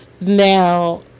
Now